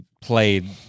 played